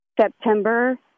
September